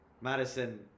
Madison